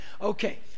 Okay